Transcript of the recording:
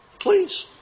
please